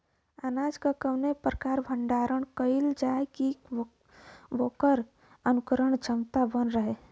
अनाज क कवने प्रकार भण्डारण कइल जाय कि वोकर अंकुरण क्षमता बनल रहे?